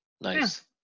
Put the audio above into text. nice